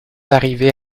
arriver